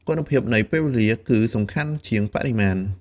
គុណភាពនៃពេលវេលាគឺសំខាន់ជាងបរិមាណ។